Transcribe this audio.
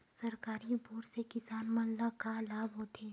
सरकारी बोर से किसान मन ला का लाभ हे?